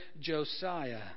Josiah